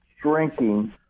shrinking